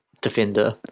defender